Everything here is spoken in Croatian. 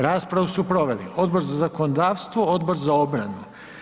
Raspravu su proveli Odbor za zakonodavstvo, Odbor za obranu.